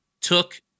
took